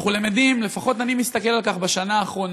אנחנו למדים, לפחות אני מסתכל על כך בשנה האחרונה,